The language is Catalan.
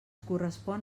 correspon